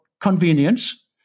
Convenience